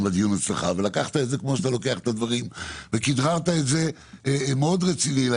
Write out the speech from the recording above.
אצלך ואתה לקחת וכדררת את זה מאוד רציני.